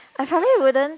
I probably wouldn't